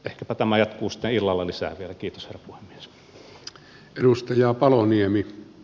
ehkäpä tämä jatkuu sitten illalla lisää vielä